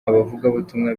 abavugabutumwa